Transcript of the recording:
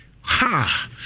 Ha